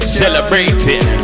celebrating